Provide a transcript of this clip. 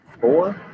Four